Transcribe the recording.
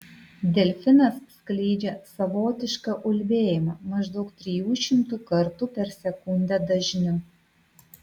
delfinas skleidžia savotišką ulbėjimą maždaug trijų šimtų kartų per sekundę dažniu